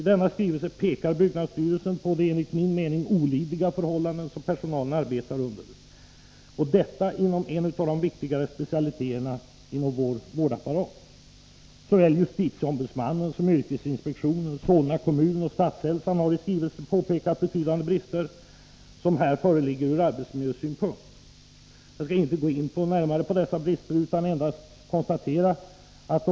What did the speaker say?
I denna skrivelse pekar byggnadsstyrelsen på de enligt min mening olidliga förhållanden som personalen arbetar under — inom en av de viktigare specialiteterna i vår vårdapparat. Såväl justitieombudsmannen och yrkesinspektionen som Solna kommun och Statshälsan har i skrivelser påpekat betydande brister ur arbetsmiljösynpunkt på rättsläkarstationen. Jag skall inte närmare gå in på dessa brister, utan endast konstatera följande.